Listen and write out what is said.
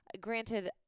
granted